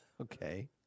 Okay